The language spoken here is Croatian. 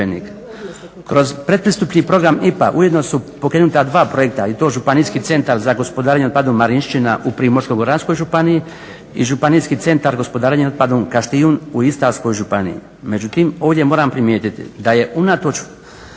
Kroz pred pristupni program IPARD upravo su pokrenuta dva projekta i to županijski centar za gospodarenje otpadom Marinšćina u Primorsko-goranskoj županiji i županijski centar za gospodarenje otpadom Kaštijun u Istarskoj županiji. Međutim ovdje moram primijetiti da je unatoč